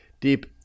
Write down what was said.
deep